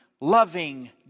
loving